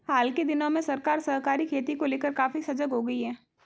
हाल के दिनों में सरकार सहकारी खेती को लेकर काफी सजग हो गई है